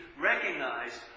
Recognize